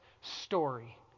story